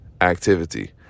activity